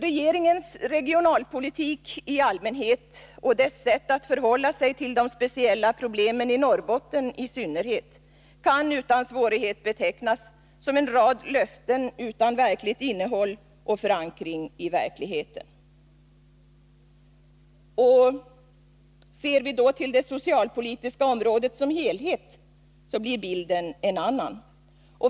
Regeringens regionalpolitik i allmänhet och dess sätt att förhålla sig till de speciella problemen i Norrbotten i synnerhet kan utan svårighet betecknas som en rad löften utan verkligt innehåll och förankring i verkligheten. Ser vi till det socialpolitiska området som helhet blir bilden en annan.